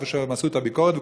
איפה שהם עשו את הביקורת,